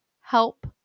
help